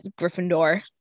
Gryffindor